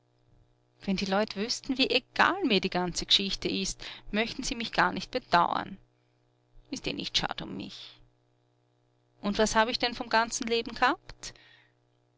wenn die leut wüßten wie egal mir die ganze geschichte ist möchten sie mich gar nicht bedauern ist eh nicht schad um mich und was hab ich denn vom ganzen leben gehabt